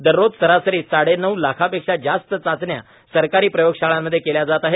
दररोज सरासरी साडेनऊ लाखांपेक्षा जास्त चाचण्या सरकारी प्रयोग शाळांमध्ये केल्या जात आहेत